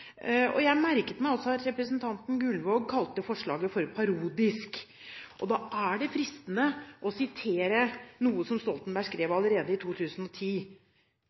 sykelønnsordning. Jeg merket meg også at representanten Gullvåg kalte forslaget «parodisk». Da er det fristende å sitere noe Stoltenberg skrev allerede i 2010: